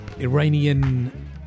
Iranian